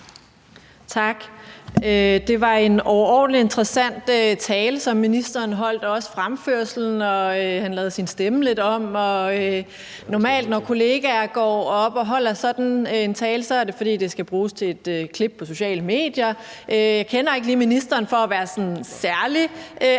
Tak. Det var en overordentlig interessant tale, ministeren holdt, og det var også fremførelsen af den, hvor ministeren lavede sin stemme lidt om. Normalt når en kollega går op og holder sådan en tale, er det, fordi den skal bruges til et klip på de sociale medier. Jeg kender ikke lige ministeren som en, der er særlig